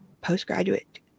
postgraduate